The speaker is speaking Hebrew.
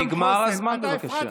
נגמר הזמן, בבקשה.